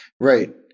Right